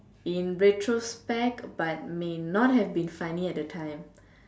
in retrospect but may not have been funny at that time